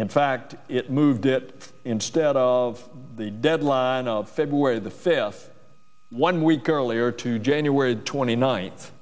in fact it moved it instead of the deadline on february the fifth one week earlier to january twenty ninth